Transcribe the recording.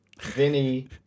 Vinny